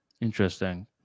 Interesting